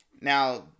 Now